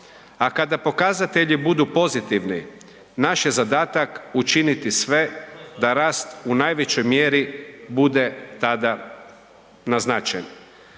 a kada pokazatelji budu pozitivni naš je zadatak učiniti sve da rast u najvećoj mjeri bude tada naznačen.